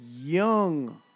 young